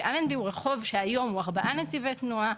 שאלנבי שהיום הוא רחוב בעל ארבעה נתיני תנועה,